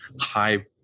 high